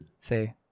say